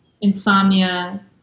Insomnia